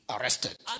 arrested